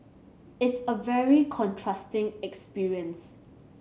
it's a very contrasting experience